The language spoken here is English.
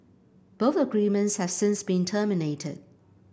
both agreements have since been terminated